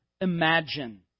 imagine